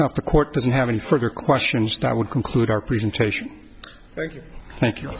if the court doesn't have any further questions that would conclude our presentation thank you thank you